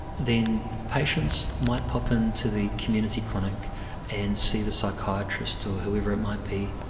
then patients might pop into the community clinic and see the psychiatrist or whoever it might be,